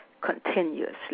continuously